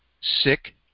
sick